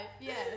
yes